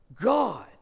God